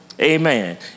amen